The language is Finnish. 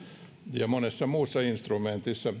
ja monessa muussa instrumentissa